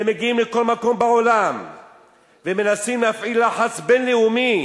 והם מגיעים לכל מקום בעולם ומנסים להפעיל לחץ בין-לאומי